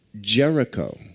Jericho